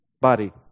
body